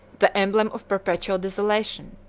the emblem of perpetual desolation.